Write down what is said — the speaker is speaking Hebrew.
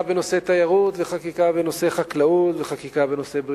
בנושאי תיירות וחקיקה בנושאי חקלאות וחקיקה בנושאי בריאות,